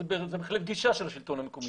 זו בהחלט גישה של השלטון המקומי.